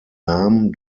namen